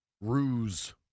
ruse